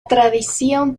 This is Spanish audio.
tradición